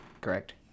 correct